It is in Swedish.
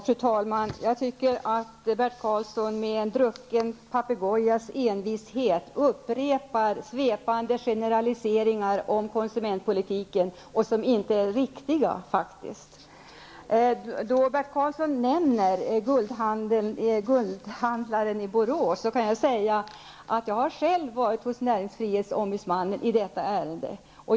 Fru talman! Bert Karlsson upprepar med en drucken papegojas envishet svepande generaliseringar om konsumentpolitiken som faktiskt inte är riktiga. Bert Karlsson nämnde guldhandlaren i Borås. Jag har själv varit hos näringsfrihetsombudsmannen i detta ärende.